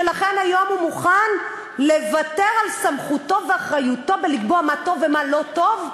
שלכן היום הוא מוכן לוותר על סמכותו ואחריותו בלקבוע מה טוב ומה לא טוב,